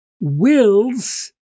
wills